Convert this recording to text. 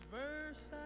verse